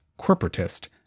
corporatist